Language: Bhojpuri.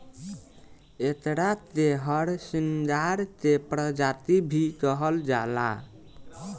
एकरा के हरसिंगार के प्रजाति भी कहल जाला